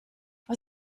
aus